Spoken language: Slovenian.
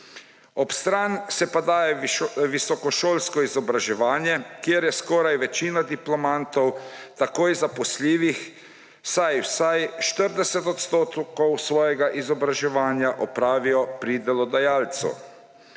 Ob stran se pa daje visokošolsko izobraževanje, kjer je skoraj večina diplomantov takoj zaposljivih, saj vsaj 40 odstotkov svojega izobraževanja opravijo pri delodajalcu.